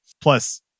Plus